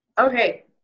Okay